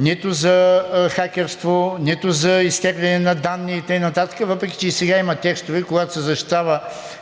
нито за хакерство, нито за изтегляне на данни и така нататък, въпреки че и сега има текстове, когато се защитава,